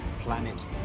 Planet